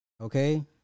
Okay